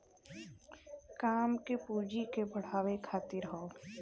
काम के पूँजी के बढ़ावे खातिर हौ